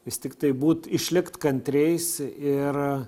vis tiktai būt išlikt kantriais ir